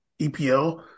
EPL